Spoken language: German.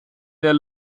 der